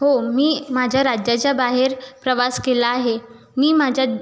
हो मी माझ्या राज्याच्या बाहेर प्रवास केला आहे मी माझ्या